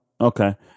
Okay